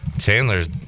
Chandler's